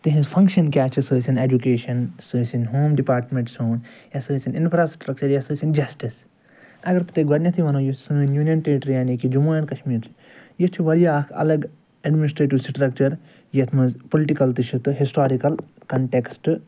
تِہٕنٛز فنٛگشن کیٛاہ چھِ سۅ ٲسِن ایجُوٗکیشن سۅ ٲسِن ہوم ڈِپارٹمٮ۪نٛٹ سون یا سۅ ٲسِن اِنفراسِٹرکچر یا سۅ ٲسِن جسٹٕس اگر بہٕ تۄہہِ گۄڈنٮ۪تھٕے وَنو یُس سٲنۍ یوٗنِین ٹیرِٹری یعنی کہِ جموں اینٛڈ کشمیٖر چھُ یہِ چھُ وارِیاہ اکھ الگ ایڈمِنسٹریٹیٛوٗ سِٹرکچر یَتھ منٛز پُلٹِکل تہِ چھُ ہِسٹارِکل کنٹٮ۪کٕسٹہٕ